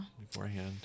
beforehand